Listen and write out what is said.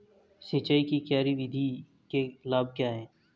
सिंचाई की क्यारी विधि के लाभ क्या हैं?